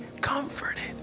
comforted